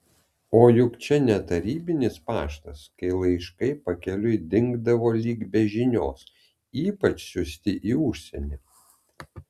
o juk čia ne tarybinis paštas kai laiškai pakeliui dingdavo lyg be žinios ypač siųsti į užsienį